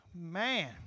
Man